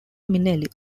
minnelli